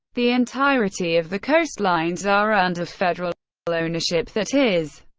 the entirety of the coastlines are under federal ownership, that is,